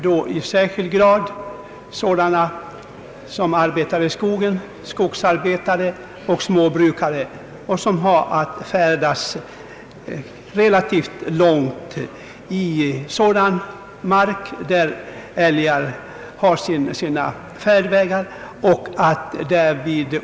Det är här särskilt fråga om skogsarbetare och småbrukare som har att färdas relativt långt i sådan mark där älgar har sina stråk.